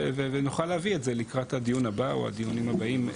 ונוכל להביא את זה לקראת הדיון הבא או הדיונים הבאים.